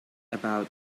about